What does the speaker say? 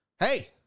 Hey